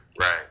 Right